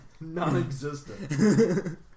Non-existent